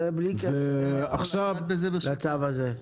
זה בלי קשר לצו הזה,